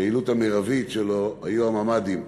עם היעילות המרבית, היה הממ"דים.